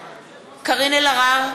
(קוראת בשמות חברי הכנסת) קארין אלהרר,